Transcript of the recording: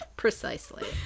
Precisely